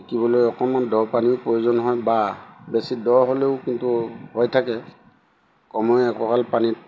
শিকিবলৈ অকণমান দ পানীও প্ৰয়োজন হয় বা বেছি দ হ'লেও কিন্তু হৈ থাকে কমেও একঁকাল পানীত